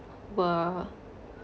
were